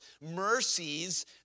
mercies